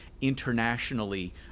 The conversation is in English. internationally